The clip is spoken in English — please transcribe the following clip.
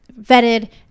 vetted